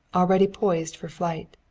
already poised for flight.